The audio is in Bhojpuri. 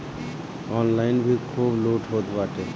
ऑनलाइन भी खूब लूट होत बाटे